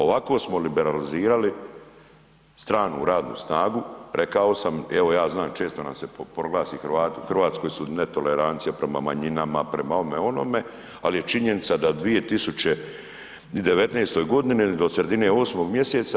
Ovako smo liberalizirali stranu radnu snagu, rekao sam, evo ja znam, često nam se proglasi Hrvati, u Hrvatskoj su netolerancija prema manjinama, prema ovome, onome, ali je činjenica da 2019. g. do sredine 8. mj.